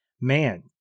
man